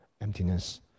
emptiness